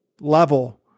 level